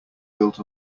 built